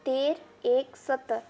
તેર એક સત્તર